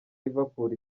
liverpool